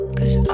Cause